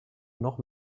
noch